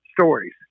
stories